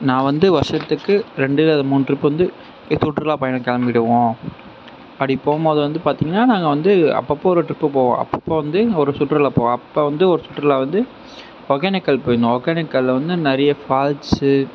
நான் வந்து வருஷத்துக்கு ரெண்டு அல்லது மூணு ட்ரிப் வந்து சுற்றுலா பயணம் கிளம்பிடுவோம் அப்படி போகும்போது வந்து பார்த்திங்னா நாங்கள் வந்து அப்பப்போ ஒரு ட்ரிப் போவோம் அப்பப்போ வந்து ஒரு சுற்றுலா போவோம் அப்போ வந்து ஒரு சுற்றுலா வந்து ஒகேனக்கல் போயிருந்தோம் ஒகேனக்கல்ல வந்து நிறைய ஃபால்ஸ்